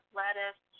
lettuce